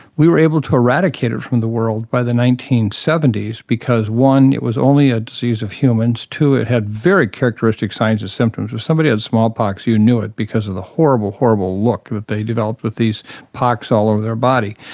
we were able to eradicate it from the world by the nineteen seventy s because, one, it was only a disease of humans, two, it had very characteristic signs and symptoms if somebody had smallpox you knew it because of the horrible, horrible look that they developed with these pocks all over their body.